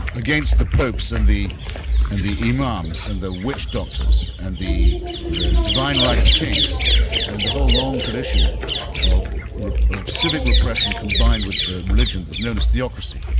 against the popes and the and the imams and the witch doctors and the the divine right of kings and the whole long tradition of of civic repression combined with religion that's known as theocracy.